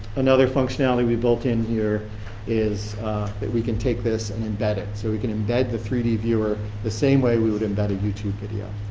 another functionality we built in here is that we can take this and embed it, so we can embed the three d viewer the same way we would embed a utube video.